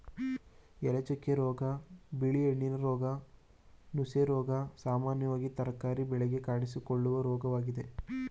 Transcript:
ಎಲೆಚುಕ್ಕೆ ರೋಗ, ಬಿಳಿ ಹೆಣ್ಣಿನ ರೋಗ, ನುಸಿರೋಗ ಸಾಮಾನ್ಯವಾಗಿ ತರಕಾರಿ ಬೆಳೆಗೆ ಕಾಣಿಸಿಕೊಳ್ಳುವ ರೋಗವಾಗಿದೆ